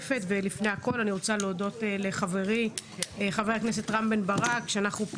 אני רוצה להודות לחברי חבר הכנסת רם בן ברק שבנושא